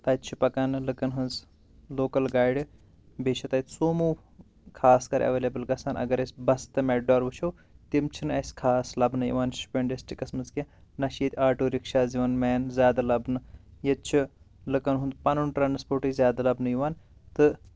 تَتہِ چھِ پکان لُکَن ہِنٛز لوکَل گاڑِ بیٚیہِ چھ تَتۍ سوموٗ خاص کر ایویلیبٕل گژھان اگرٕے اسۍ بَس تہٕ میٹڈار وٕچھو تِم چھِنہٕ اسہِ خاص لَبنہٕ یِوان شُپینَس ڈِسٹِکَس منٛز کیٚنٛہہ نہ چھِ ییٚتہِ آٹو رِکشاز یِوان مین زیادٕ لَبنہٕ ییٚتہِ چھُ لُکَن ہُنٛد پَنُن ٹرٛنَسپوٹے زیادٕ لَبنہٕ یِوان تہٕ